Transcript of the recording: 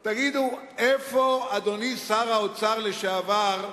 תגידו, איפה, אדוני שר האוצר לשעבר,